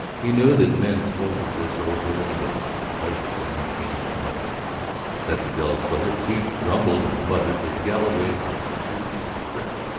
he knew that men spoke of this over and over and hushed when he came upon them that vidal's brother, pete, grumbled and muttered that galloway was losing his grip,